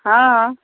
हँ